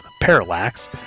parallax